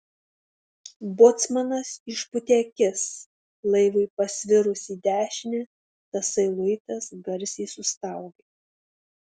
bocmanas išpūtė akis laivui pasvirus į dešinę tasai luitas garsiai sustaugė